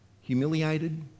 humiliated